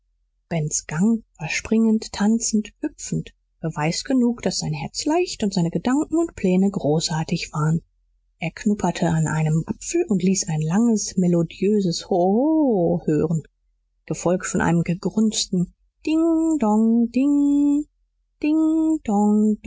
bens gang war springend tanzend hüpfend beweis genug daß sein herz leicht und seine gedanken und pläne großartig waren er knupperte an einem apfel und ließ ein langes melodiöses ho ho hören gefolgt von einem gegrunzten ding dong ding ding